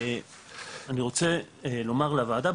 אני רוצה לומר לוועדה,